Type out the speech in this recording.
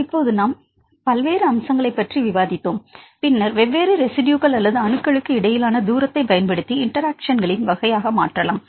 இப்போது நாம் பல்வேறு அம்சங்களைப் பற்றி விவாதித்தோம் பின்னர் வெவ்வேறு ரெஸிட்யுகள் அல்லது அணுக்களுக்கு இடையிலான தூரத்தைப் பயன்படுத்தி இன்டெராக்ஷன்களின் வகையாக மாற்றலாம்